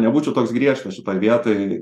nebūčiau toks griežtas šitoj vietoj